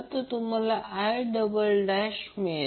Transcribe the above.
तर तुम्हाला I0 मिळेल